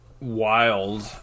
wild